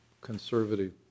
conservative